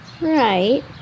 Right